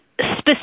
specific